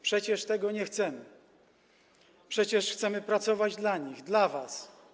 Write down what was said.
Przecież tego nie chcemy, przecież chcemy pracować dla nich, dla was.